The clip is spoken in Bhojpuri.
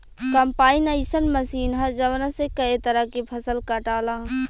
कम्पाईन अइसन मशीन ह जवना से कए तरह के फसल कटाला